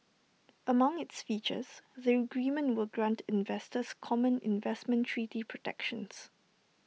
among its features the agreement will grant investors common investment treaty protections